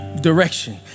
direction